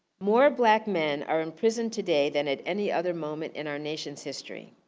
more black men are in prison today than at any other moment in our nation's history.